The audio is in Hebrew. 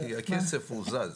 כי הכסף זז.